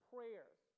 Prayers